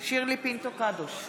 שירלי פינטו קדוש,